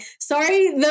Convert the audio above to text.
Sorry